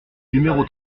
numéro